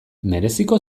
mereziko